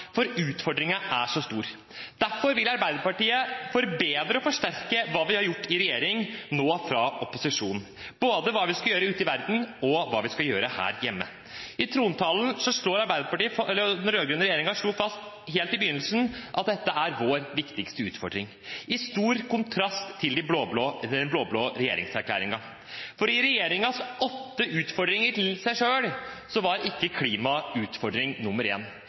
for utfordringen er så stor. Derfor vil vi i Arbeiderpartiet forbedre og forsterke det vi har gjort i regjering – nå fra opposisjon – både det vi skal gjøre ute i verden og det vi skal gjøre her hjemme. I trontalen slo den rød-grønne regjeringen fast helt i begynnelsen at dette er vår viktigste utfordring – i stor kontrast til den blå-blå regjeringserklæringen, for i regjeringens åtte utfordringer til seg selv var ikke klima utfordring nummer